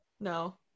No